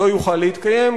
לא יוכל להתקיים,